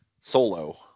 Solo